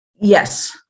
Yes